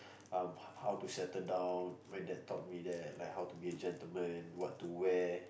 um how to settle down my dad taught me that like how to be a gentleman what to wear